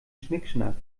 schnickschnack